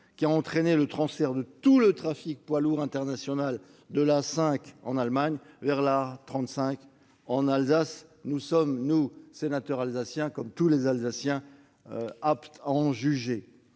qui a entraîné le transfert de tout le trafic poids lourds international de l'A5 allemande vers l'A35 en Alsace. Nous, sénateurs alsaciens, comme tous les Alsaciens, sommes aptes à en juger.